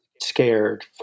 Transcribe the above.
scared